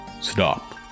stop